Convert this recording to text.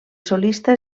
solista